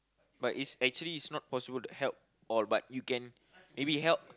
but it's actually it's not possible to help all but you can maybe help